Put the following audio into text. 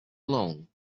long